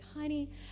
Honey